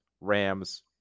Rams